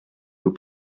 vos